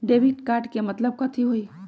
Debit card के मतलब कथी होई?